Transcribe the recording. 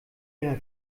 ihrer